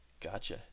Gotcha